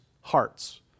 hearts